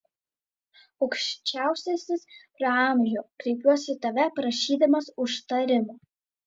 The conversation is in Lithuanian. aukščiausiasis praamžiau kreipiuosi į tave prašydamas užtarimo